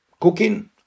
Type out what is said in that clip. cooking